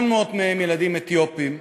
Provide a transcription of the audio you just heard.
800 מהם ילדים אתיופים,